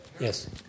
Yes